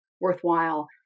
worthwhile